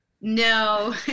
no